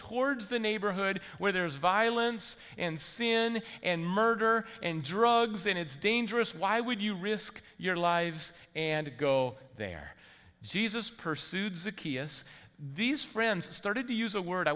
towards the neighborhood where there's violence and sin and murder and drugs and it's dangerous why would you risk your lives and go there jesus pursued zick eous these friends started to use a word i